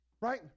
Right